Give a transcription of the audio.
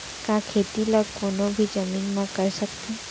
का खेती ला कोनो भी जमीन म कर सकथे?